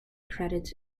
credits